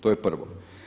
To je prvo.